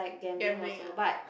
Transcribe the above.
gambling ah